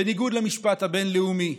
בניגוד למשפט הבין-לאומי.